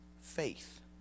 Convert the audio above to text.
faith